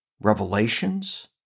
revelations